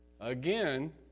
again